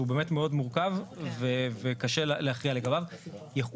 שהוא באמת מאוד מורכב וקשה להכריע לגביו.